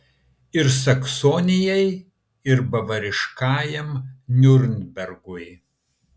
ir saksonijai ir bavariškajam niurnbergui